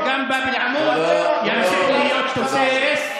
וגם באב אל-עמוד ימשיך להיות תוסס.